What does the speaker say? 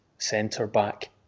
centre-back